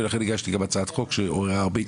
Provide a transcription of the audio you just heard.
ולכן הגשתי גם הצעת חוק שגם עוררה הרבה מאוד